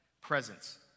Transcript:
Presence